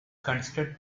considered